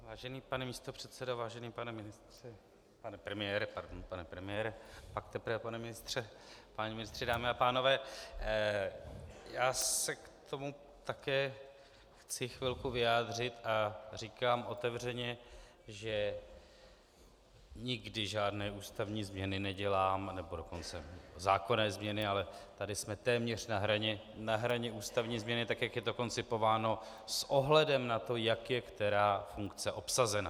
Vážený pane místopředsedo, vážený pane ministře , pane premiére pardon, pane premiére , pak teprve pane ministře, páni ministři, dámy a pánové, já se k tomu také chci chvilku vyjádřit a říkám otevřeně, že nikdy žádné ústavní změny nedělám, nebo dokonce zákonné změny, ale tady jsme téměř na hraně ústavní změny tak, jak je to koncipováno s ohledem na to, jak je která funkce obsazena.